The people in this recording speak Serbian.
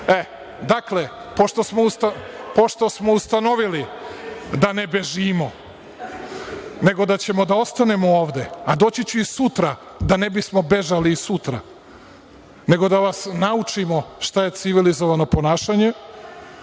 prekidate. Dakle, pošto smo ustanovili da ne bežimo, nego da ćemo da ostanemo ovde, a doći ću i sutra da ne bismo bežali i sutra, nego da vas naučimo šta je civilizovano ponašanje,